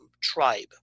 tribe